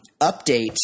Update